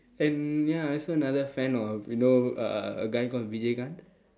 and ya I saw another fan of you know uh a guy called vijayakanth